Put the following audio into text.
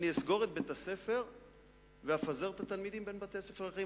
אני אסגור את בית-הספר ואפזר את התלמידים בבתי-הספר האחרים.